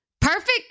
Perfect